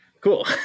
Cool